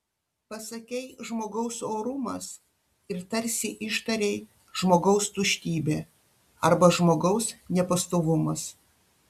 pasakei žmogaus orumas ir tarsi ištarei žmogaus tuštybė arba žmogaus nepastovumas